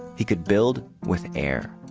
he could build with air.